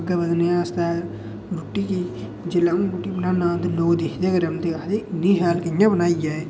अग्गै बधने आस्ताै जेल्लै अं'ऊ रुट्टी बनाना लोक दिक्खदे गै रौहंदे आक्खदे इ'न्नी शैल कि'यां बनाई ऐ एह्